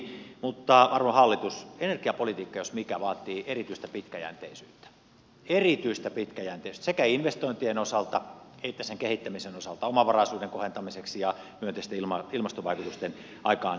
mutta arvon hallitus energiapolitiikka jos mikä vaatii erityistä pitkäjänteisyyttä erityistä pitkäjänteisyyttä sekä investointien osalta että sen kehittämisen osalta omavaraisuuden kohentamiseksi ja myönteisten ilmastovaikutusten aikaansaamiseksi